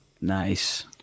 Nice